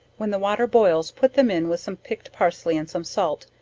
when the water boils put them in with some picked parsley and some salt,